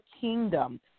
kingdom